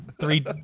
three